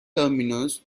terminus